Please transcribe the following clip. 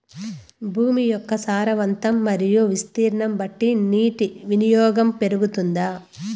భూమి యొక్క సారవంతం మరియు విస్తీర్ణం బట్టి నీటి వినియోగం పెరుగుతుందా?